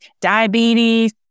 diabetes